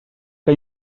que